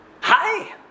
hi